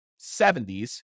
70s